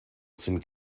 sind